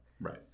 right